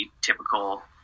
typical